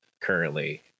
currently